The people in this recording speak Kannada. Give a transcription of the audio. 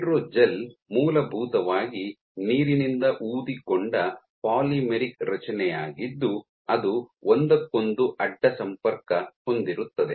ಹೈಡ್ರೋಜೆಲ್ ಮೂಲಭೂತವಾಗಿ ನೀರಿನಿಂದ ಊದಿಕೊಂಡ ಪಾಲಿಮರಿಕ್ ರಚನೆಯಾಗಿದ್ದು ಅದು ಒಂದಕ್ಕೊಂದು ಅಡ್ಡ ಸಂಪರ್ಕ ಹೊಂದಿರುತ್ತದೆ